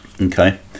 Okay